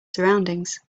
surroundings